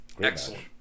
Excellent